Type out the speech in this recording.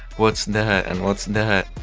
what's that and what's that?